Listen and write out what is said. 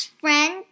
friend